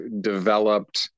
developed